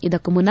ಇದಕ್ಕೂ ಮುನ್ನ